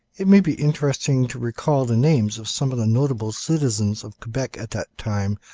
it may be interesting to recall the names of some of the notable citizens of quebec at that time,